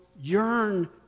yearn